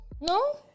No